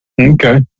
Okay